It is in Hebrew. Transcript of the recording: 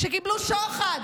זה לא הצבא, זה מצ"ח.